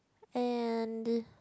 and this